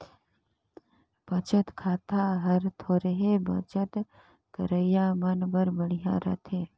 बचत खाता हर थोरहें बचत करइया मन बर बड़िहा रथे